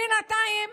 בינתיים